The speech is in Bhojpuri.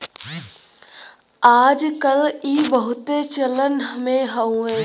आज कल ई बहुते चलन मे हउवे